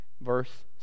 verse